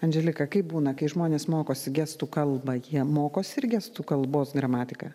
andželika kaip būna kai žmonės mokosi gestų kalbą jie mokosi ir gestų kalbos gramatiką